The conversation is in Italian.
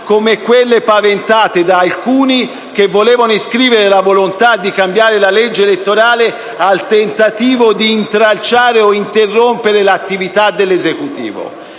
come quelle paventate da alcuni che volevano iscrivere la volontà di cambiare la legge elettorale al tentativo di intralciare o interrompere l'attività dell'Esecutivo.